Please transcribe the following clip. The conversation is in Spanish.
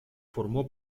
formó